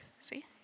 See